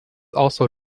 also